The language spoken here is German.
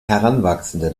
heranwachsende